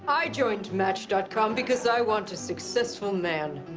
i joined match dot com because i want a successful man.